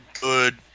good